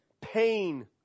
pain